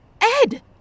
Ed